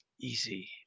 easy